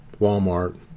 Walmart